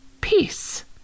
peace